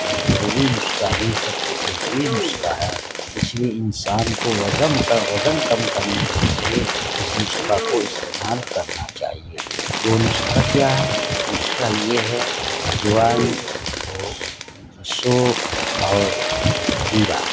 ایک روگی نسخہ میں سب سے بہتری نسخہ ہے اس لیے انسان کو وزم وزن کم کرنے کے لیے اس نسخہ کو استعمال کرنا چاہیے وہ نسخہ کیا ہے نسخہ یہ ہے اجوائن ہو سونف اور زیرا